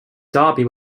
darby